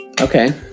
Okay